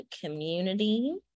community